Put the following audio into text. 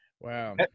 wow